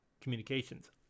communications